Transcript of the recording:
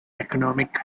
economic